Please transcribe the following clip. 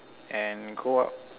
and go out